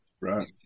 Right